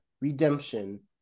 redemption